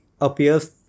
appears